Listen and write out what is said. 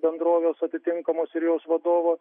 bendrovės atitinkamos ir jos vadovo